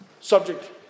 subject